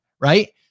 Right